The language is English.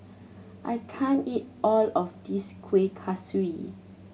I can't eat all of this Kuih Kaswi